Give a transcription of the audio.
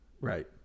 Right